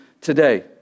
today